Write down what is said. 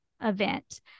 event